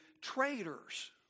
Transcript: traitors